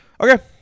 Okay